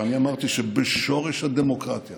ואני אמרתי ששורש הדמוקרטיה